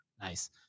Nice